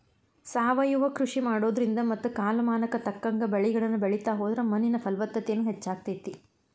ಸಾವಯವ ಕೃಷಿ ಮಾಡೋದ್ರಿಂದ ಮತ್ತ ಕಾಲಮಾನಕ್ಕ ತಕ್ಕಂಗ ಬೆಳಿಗಳನ್ನ ಬೆಳಿತಾ ಹೋದ್ರ ಮಣ್ಣಿನ ಫಲವತ್ತತೆನು ಹೆಚ್ಚಾಗ್ತೇತಿ